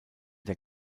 der